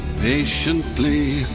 patiently